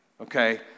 okay